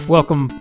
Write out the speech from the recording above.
Welcome